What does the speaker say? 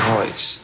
Noise